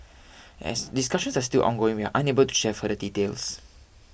as discussions are still ongoing we are unable to share further details